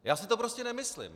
Já si to prostě nemyslím.